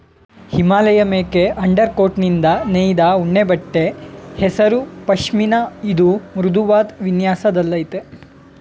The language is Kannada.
ಹಿಮಾಲಯಮೇಕೆ ಅಂಡರ್ಕೋಟ್ನಿಂದ ನೇಯ್ದ ಉಣ್ಣೆಬಟ್ಟೆ ಹೆಸರು ಪಷ್ಮಿನ ಇದು ಮೃದುವಾದ್ ವಿನ್ಯಾಸದಲ್ಲಯ್ತೆ